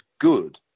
good